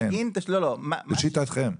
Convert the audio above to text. לשיטתכם?